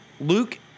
Luke